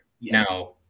now